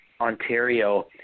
Ontario